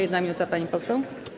1 minuta, pani poseł.